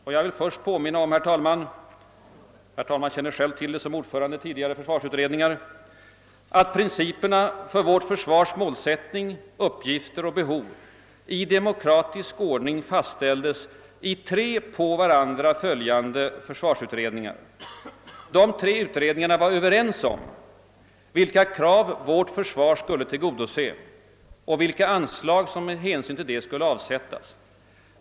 Låt mig först påminna om — herr talmannen känner själv till det såsom ordförande i en tidigare försvarsutredning — att principerna för vårt försvars målsättning, uppgifter och behov i demokratisk enighet fastställdes i tre på varandra följande demokratiska försvarsutredningar. De tre utredningarna var överens om vilka krav vårt försvar skulle tillgodose och vilka anslag som med hänsyn härtill skulle avsättas.